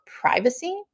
privacy